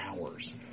hours –